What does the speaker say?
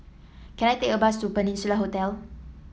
can I take a bus to Peninsula Hotel